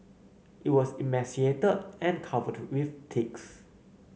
it was emaciated and covered to with ticks